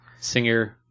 singer